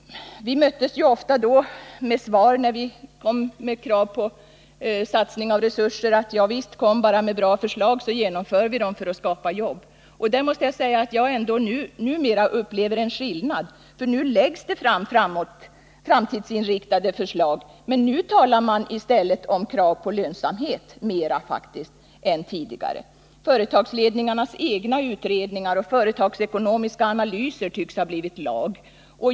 Då möttes vi ofta, när vi kom med krav på satsning av resurser, av svaret: Javisst, kom bara med bra förslag så genomför vi dem för att skapa jobb. Numera upplever jag en skillnad, för nu läggs det fram framtidsinriktade förslag, men nu talar man i stället om krav på lönsamhet. Och det gör man faktiskt mera nu än tidigare. Företagsledningarnas egna utredningar och företagsekonomiska analyser tycks ha blivit lag.